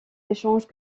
échanges